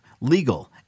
legal